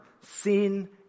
sin